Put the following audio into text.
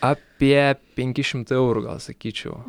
apie penki šimtai eurų gal sakyčiau